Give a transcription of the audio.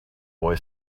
boy